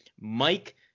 Mike